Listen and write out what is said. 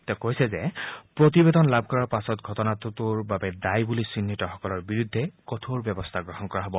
তেওঁ কৈছে যে প্ৰতিবেদন লাভ কৰাৰ পাছত ঘটনাটোৰ বাবে দায়ী বুলি চিহ্নিতসকলৰ বিৰুদ্ধে কঠোৰ ব্যৱস্থা গ্ৰহণ কৰা হব